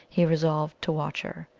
he resolved to watch her.